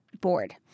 board